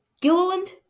gilliland